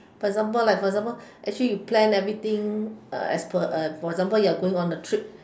for example like for example actually you plan everything as per for example you are going on a trip